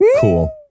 Cool